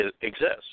exists